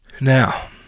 Now